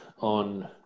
on